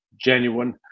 genuine